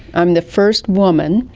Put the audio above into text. i'm the first woman,